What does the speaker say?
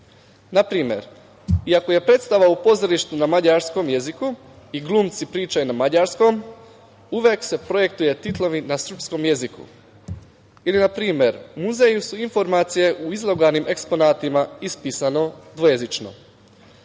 Na primer, iako je predstava u pozorištu na mađarskom jeziku i glumci pričaju na mađarskom, uvek se projektuju titlovi na srpskom jeziku. Ili, na primer, u muzeju su informacije u izložbenim eksponatima ispisane dvojezično.